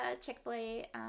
Chick-fil-A